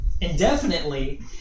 indefinitely